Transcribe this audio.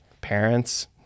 Parents